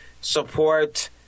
support